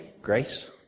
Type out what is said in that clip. Grace